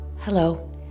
Hello